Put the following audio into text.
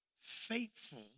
faithful